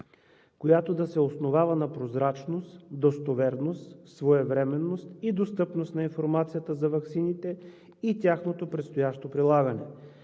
която да се основава на прозрачност, достоверност, своевременност и достъпност на информацията за ваксините и тяхното предстоящо прилагане.